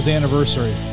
anniversary